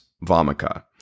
vomica